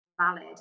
valid